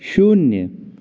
शून्य